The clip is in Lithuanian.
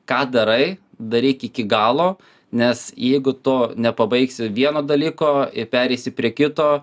ką darai daryk iki galo nes jeigu tu nepabaigsi vieno dalyko ir pereisi prie kito